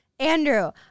Andrew